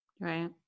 Right